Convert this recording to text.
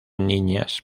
niñas